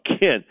again